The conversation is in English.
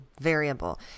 variable